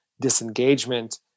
disengagement